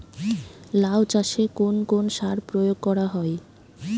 লাউ চাষে কোন কোন সার প্রয়োগ করা হয়?